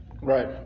Right